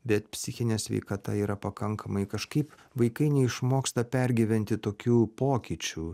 bet psichinė sveikata yra pakankamai kažkaip vaikai neišmoksta pergyventi tokių pokyčių